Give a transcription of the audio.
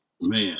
man